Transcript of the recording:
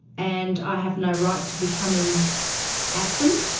and i have no right to be coming at them.